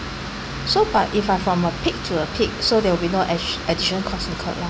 so but if I from a peak to a peak so there will be no add~ additional cost incurred lah